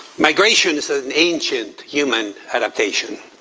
migration is an ancient human adaptation.